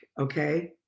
Okay